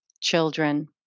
children